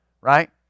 Right